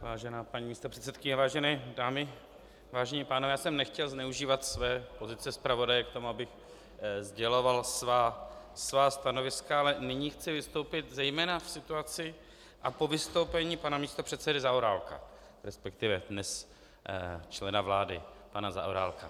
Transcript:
Vážená paní místopředsedkyně, vážené dámy, vážení pánové, nechtěl jsem zneužívat své pozice zpravodaje k tomu, abych sděloval svá stanoviska, ale nyní chci vystoupit zejména v situaci a po vystoupení pana místopředsedy Zaorálka, respektive dnes člena vlády pana Zaorálka.